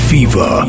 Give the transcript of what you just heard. Fever